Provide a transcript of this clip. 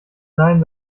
sein